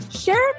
share